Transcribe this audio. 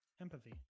empathy